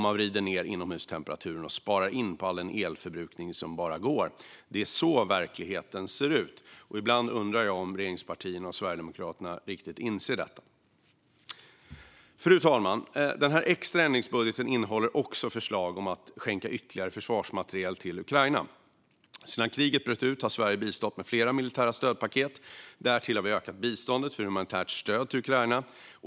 Man vrider ned inomhustemperaturen och sparar in allt som går på elförbrukningen. Det är så verkligheten ser ut, och ibland undrar jag om regeringspartierna och Sverigedemokraterna riktigt inser detta. Fru talman! Den här extra ändringsbudgeten innehåller också förslag om att skänka ytterligare försvarsmateriel till Ukraina. Sedan kriget bröt ut har Sverige bistått med flera militära stödpaket. Därtill har vi ökat biståndet för humanitära stöd till Ukraina.